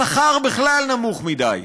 השכר בכלל נמוך מדי.